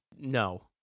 no